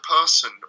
person